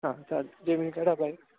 हां चाल जेमिनीचा डबा आहे